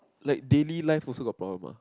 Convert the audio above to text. like daily life also got problem ah